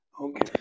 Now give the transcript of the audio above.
Okay